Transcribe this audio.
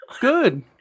good